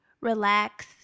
relax